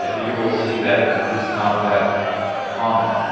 ah you will see that it's not that common.